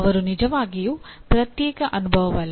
ಅವರು ನಿಜವಾಗಿಯೂ ಪ್ರತ್ಯೇಕ ಅನುಭವವಲ್ಲ